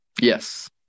Yes